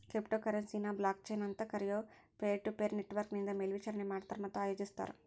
crypto ಕರೆನ್ಸಿನ blockchain ಅಂತ್ ಕರಿಯೊ ಪೇರ್ಟುಪೇರ್ ನೆಟ್ವರ್ಕ್ನಿಂದ ಮೇಲ್ವಿಚಾರಣಿ ಮಾಡ್ತಾರ ಮತ್ತ ಆಯೋಜಿಸ್ತಾರ